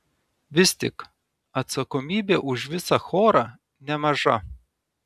vis tik atsakomybė už visą chorą nemaža